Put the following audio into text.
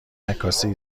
عکاسی